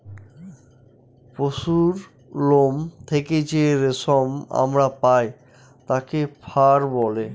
পশুরলোম থেকে যে রেশম আমরা পায় তাকে ফার বলে